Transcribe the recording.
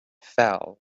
fell